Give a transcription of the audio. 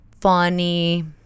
funny